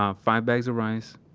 um five bags of rice,